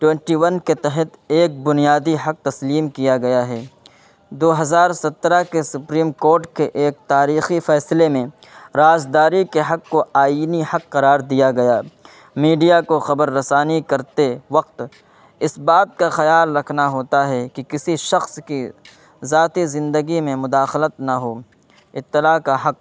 twenty one کے تحت ایک بنیادی حق تسلیم کیا گیا ہے دو ہزار سترہ کے سپریم کورٹ کے ایک تاریخی فیصلے میں راز داری کے حق کو آئینی حق قرار دیا گیا میڈیا کو خبر رسانی کرتے وقت اس بات کا خیال رکھنا ہوتا ہے کہ کسی شخص کی ذاتی زندگی میں مداخلت نہ ہو اطلاع کا حق